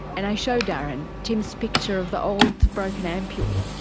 and i show darren tim's picture of the old broken ampoule.